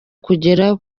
kugera